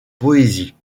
poésie